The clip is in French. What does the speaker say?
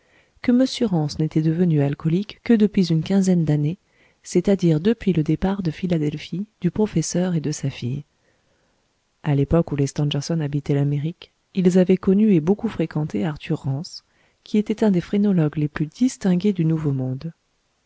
que mr rance n'était devenu alcoolique que depuis une quinzaine d'années c'est-à-dire depuis le départ de philadelphie du professeur et de sa fille à l'époque où les stangerson habitaient l'amérique ils avaient connu et beaucoup fréquenté arthur rance qui était un des phrénologues les plus distingués du nouveau-monde